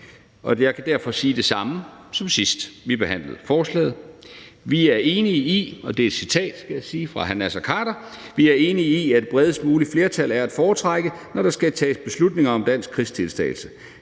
og jeg kan derfor sige det samme, som sidst vi behandlede forslaget – og det er et citat fra hr. Naser Khader, skal jeg sige: Vi er enige i, at det bredest mulige flertal er at foretrække, når der skal tages beslutninger om dansk krigsdeltagelse.